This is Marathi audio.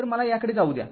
तर मला याकडे जाऊ द्या